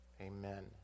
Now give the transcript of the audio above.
amen